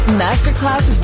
masterclass